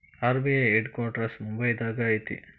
RBI head quarters ಮುಂಬೈದಾಗ ಐತಿ